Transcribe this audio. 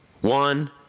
one